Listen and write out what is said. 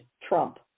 Trump